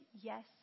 yes